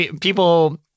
people